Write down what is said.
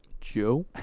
Joe